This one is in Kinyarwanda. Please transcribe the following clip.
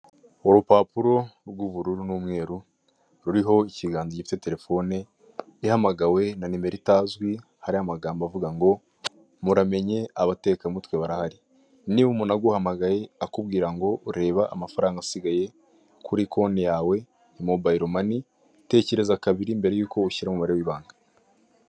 Urupapuro rw'ubururu n'umweru ruriho ikiganza gifite telefone, ihamagawe na nimero itazwi hariho amagambo avuga ngo muramenye abatekamutwe barahari niba umuntu aguhamagaye akubwira ngo reba amafaranga asigaye kuri konte yawe mobayiro mani, tekereza kabiri mbere y'uko ushyiramo umubare w'ibanga.